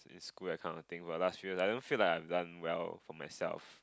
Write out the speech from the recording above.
square kind of thing but last you I don't feel like I done well for myself